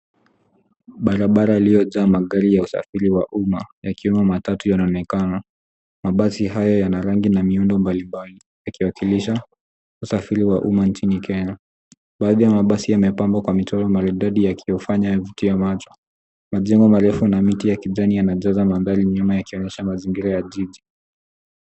Barabara iliyojaa magari ya usafiri wa umma yakiwa matatu yanaonekana. Mabasi hayo yana rangi na miundo mbalimbali yakiwakilisha usafiri wa umma nchini kenya . Baadhi ya mabasi yamepambwa kwa michoro maridadi yakiyafanya yavutie macho. Majengo marefu na miti ya kijani yanajaza mandhari nyuma yakionyesha mazingira ya jiji.